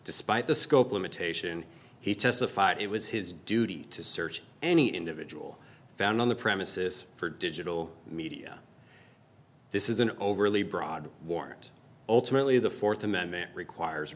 despite the scope limitation he testified it was his duty to search any individual found on the premises for digital media this is an overly broad warrant ultimately the th amendment requires